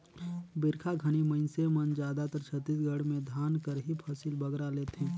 बरिखा घनी मइनसे मन जादातर छत्तीसगढ़ में धान कर ही फसिल बगरा लेथें